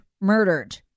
murdered